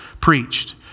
preached